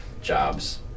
jobs